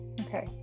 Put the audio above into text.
Okay